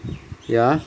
ya